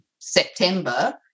september